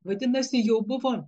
vadinasi jau buvo